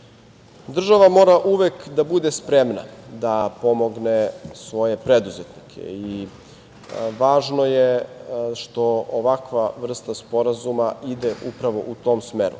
uslove. Država mora uvek da bude spremna da pomogne svoje preduzetnike i važno je što ovakva vrsta sporazuma ide upravo u tom smeru.